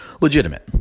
Legitimate